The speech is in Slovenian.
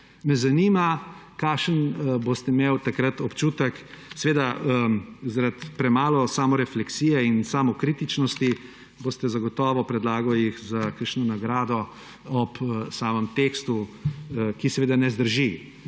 Me zanima, kakšen boste imeli takrat občutek. Seveda zaradi premalo samorefleksije in samokritičnosti jih boste zagotovo predlagali za kakšno nagrado, ob samem tekstu, ki seveda ne zdrži.